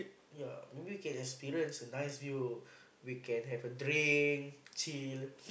yea maybe we can experience a nice view we can have a drink chill